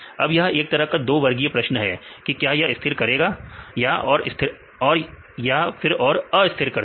अब यह एक तरह का 2 वर्गीय प्रश्न है कि क्या यह स्थिर करेगा या और अस्थिर कर देगा